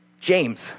James